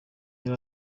yari